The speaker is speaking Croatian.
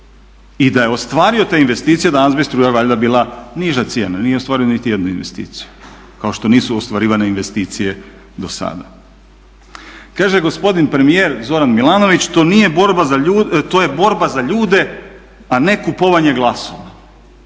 I da je ostvario te investicije danas bi struja valjda bila niža cijena. Nije ostvario niti jednu investiciju, kao što nisu ostvarivane investicije do sada. Kaže gospodin premijer Zoran Milanović to je borba za ljude, a ne kupovanje glasova.